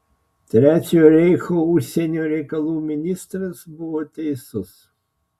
trečiojo reicho užsienio reikalų ministras buvo teisus